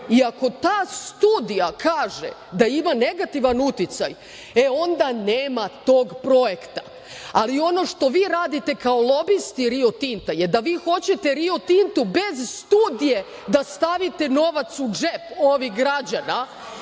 i ako ta studija kaže da ima negativan uticaj, e onda nema tog projekta. Ali, ono što vi radite kao lobisti Rio Tinta je da vi hoćete Riu Tintu bez studije da stavite novac u džep ovih građana